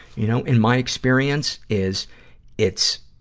you know, in my experience, is it's,